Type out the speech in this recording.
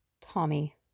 Tommy